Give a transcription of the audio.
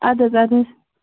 اَدٕ حظ اَدٕ حظ